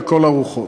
לכל הרוחות,